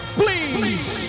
please